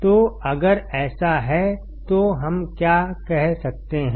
तो अगर ऐसा है तो हम क्या कह सकते हैं